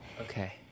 Okay